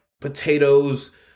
potatoes